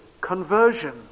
conversion